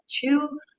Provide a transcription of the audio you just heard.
two